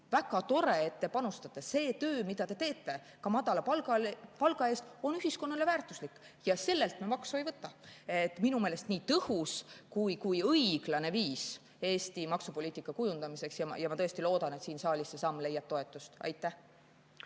Väga tore, et te panustate! See töö, mida te teete ka madala palga eest, on ühiskonnale väärtuslik ja sellelt me maksu ei võta." Minu meelest on see nii tõhus kui ka õiglane viis Eesti maksupoliitika kujundamiseks ja ma tõesti loodan, et siin saalis leiab see samm toetust. Aitäh!